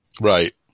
Right